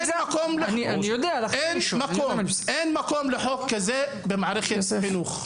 אין מקום לחוק כזה במערכת החינוך.